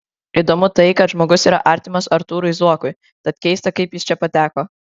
įdomu tai kad žmogus yra artimas artūrui zuokui tad keista kaip jis čia pateko